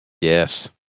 Yes